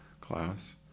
class